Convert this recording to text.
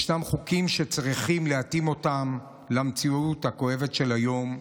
ישנם חוקים שצריך להתאים למציאות הכואבת של היום,